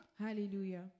Hallelujah